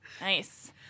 Nice